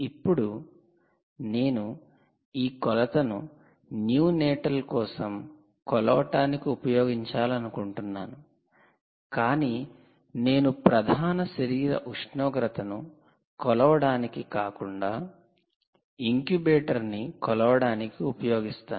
ఇప్పుడు నేను ఈ కొలతను న్యూ నాటల్ కోసం కొలవటానికి ఉపయోగించాలనుకుంటున్నాను కాని నేను ప్రధాన శరీర ఉష్ణోగ్రతను కొలవడానికి కాకుండా ఇంక్యుబేటర్ను కొలవడానికి ఉపయోగిస్తాను